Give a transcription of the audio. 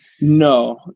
No